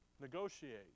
negotiate